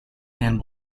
and